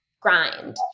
grind